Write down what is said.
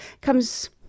comes